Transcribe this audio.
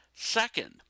Second